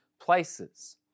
places